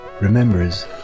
remembers